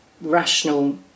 rational